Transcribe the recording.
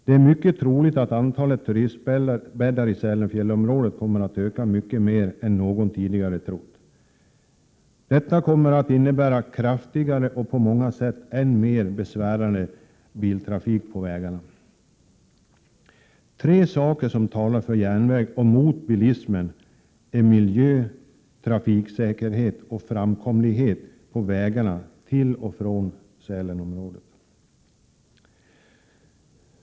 Det är mycket troligt att antalet turistbäddar i Sälenfjällsområdet kommer att öka mycket mer än någon tidigare trott. Detta kommer att innebära kraftigare och på många sätt än mer besvärande biltrafik på vägarna. Tre saker som talar för järnväg och mot bilismen är miljön, trafiksäkerheten och framkomligheten på vägarna till och från Sälenfjällsområdet.